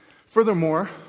Furthermore